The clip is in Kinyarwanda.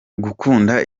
gukunda